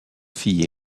fille